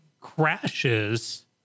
crashes